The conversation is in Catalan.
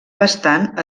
bastant